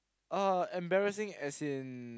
uh embarrassing as in